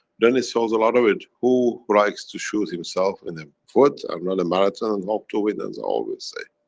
then it solves a lot of it. who likes to shoot himself in a foot? i'm not a marathon and hope to win, as i always say.